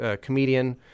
comedian